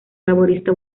laborista